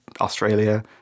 Australia